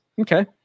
Okay